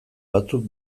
batzuk